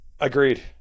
Agreed